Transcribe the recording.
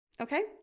okay